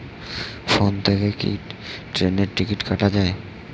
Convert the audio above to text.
Phone থেকে কি ট্রেনের টিকিট কাটা য়ায়?